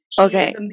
Okay